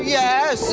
yes